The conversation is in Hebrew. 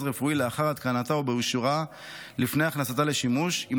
רפואי לאחר התקנתה או באישורה לפני הכנסתה לשימוש אם